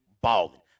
balling